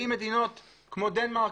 אם מדינות כמו דנמרק,